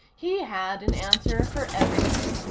he had an answer for everything.